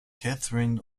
catherine